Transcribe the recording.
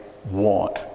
Want